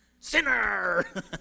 sinner